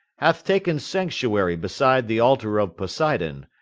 hath taken sanctuary beside the altar of poseidon,